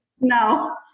No